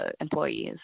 employees